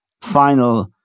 final